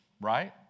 right